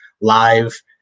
live